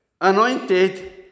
anointed